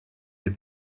les